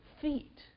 feet